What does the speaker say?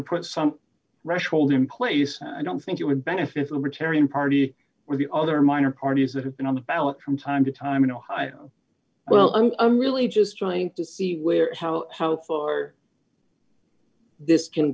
to put some rush hold in place i don't think you would benefit libertarian party or the other minor parties that have been on the ballot from time to time in ohio well and i'm really just trying to see where how how far this